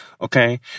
Okay